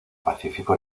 pacífico